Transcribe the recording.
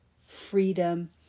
freedom